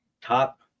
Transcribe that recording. top